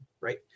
right